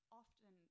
often